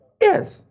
Yes